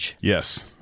Yes